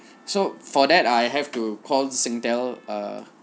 so for that I have to call singtel uh